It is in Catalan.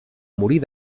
morir